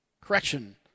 Correction